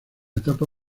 etapa